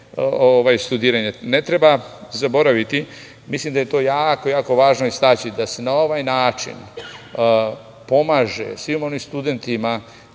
studiranje? Ne treba zaboraviti, mislim da je to jako važno istaći, da se na ovaj način pomaže svim onim studentima